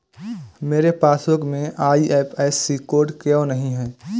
मेरे पासबुक में IFSC code क्यो नहीं है?